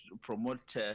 promote